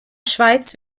schweiz